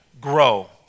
grow